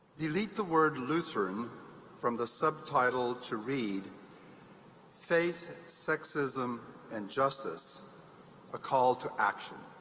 delete the word lutheran from the subtitle to read faith, sexism and justice a call to action.